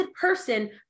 person